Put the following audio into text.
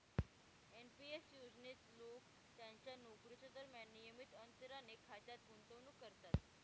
NP S योजनेत लोक त्यांच्या नोकरीच्या दरम्यान नियमित अंतराने खात्यात गुंतवणूक करतात